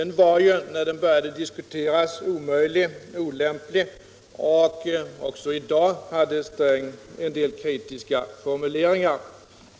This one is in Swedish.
När man började diskutera den kallades den omöjlig och olämplig, och också i dag använde herr Sträng en del kritiska formuleringar.